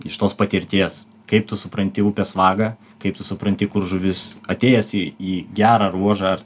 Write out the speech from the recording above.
iš tos patirties kaip tu supranti upės vagą kaip tu supranti kur žuvis atėjęs į į gerą ruožą ar